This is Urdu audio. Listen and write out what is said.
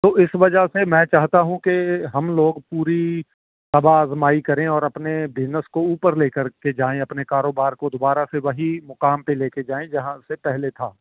تو اس وجہ سے میں چاہتا ہوں کہ ہم لوگ پوری طبع آزمائی کریں اور اپنے بزنس کو اوپر لے کر کے جائیں اپنے کاروبار کو دوبارہ سے وہی مقام پہ لے کے جائیں جہاں سے پہلے تھا